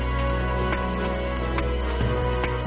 or